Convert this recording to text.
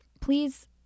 please